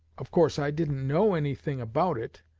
of course i didn't know anything about it,